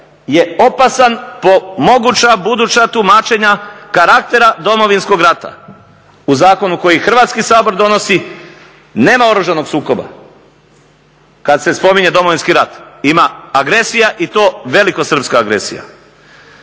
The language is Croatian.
je opasan po moguća buduća tumačenja karaktera Domovinskog rata. U zakonu koji Hrvatski sabor donosi nema oružanog sukoba kad se spominje Domovinski rat, ima agresija i to velikosrpska agresija.